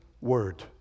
word